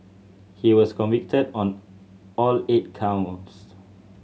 he was convicted on all eight counts